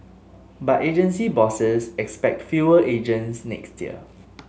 but agency bosses expect fewer agents next year